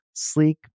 sleek